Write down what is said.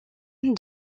doit